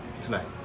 tonight